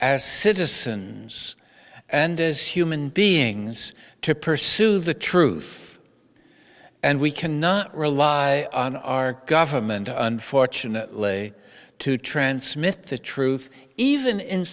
as citizens and as human beings to pursue the truth and we cannot rely on our government a un fortunately to transmit the truth even in